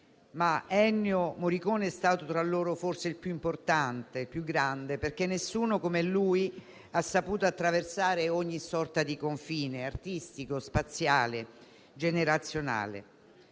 ma Ennio Morricone è stato tra loro forse il più importante e il più grande, perché nessuno come lui ha saputo attraversare ogni sorta di confine artistico, spaziale, generazionale.